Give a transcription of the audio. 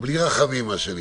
"בלי רחמים", מה שנקרא,